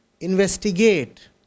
investigate